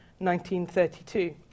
1932